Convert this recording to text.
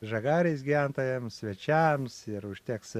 žagarės gyventojams svečiams ir užteks